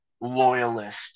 loyalist